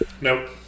Nope